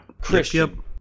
Christian